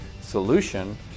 solution